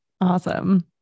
Awesome